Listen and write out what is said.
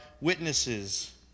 witnesses